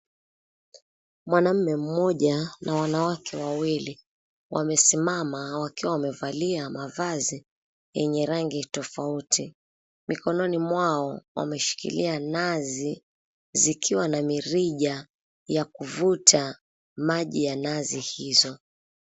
Mwanaume mmoja na wanawake wawili wamesimama wakiwa wamevalia mavazi yenye rangi tofauti. Mikononi mwao wameshikilia nazi zikiwa na mirija ya kuvuta maji ya nazi hizo.